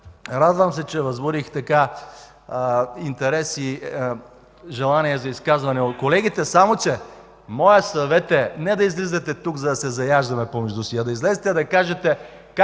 Радвам се, че възбудих интерес и желание за изказване у колегите. Само че моят съвет е: не да излизате тук, за да се заяждаме помежду си, а да излезете и да кажете как